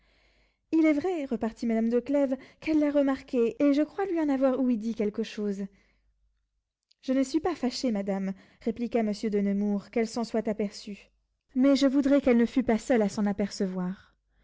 il est vrai repartit madame de clèves qu'elle l'a remarqué et je crois lui en avoir ouï dire quelque chose je ne suis pas fâché madame répliqua monsieur de nemours qu'elle s'en soit aperçue mais je voudrais qu'elle ne fût pas seule à s'en apercevoir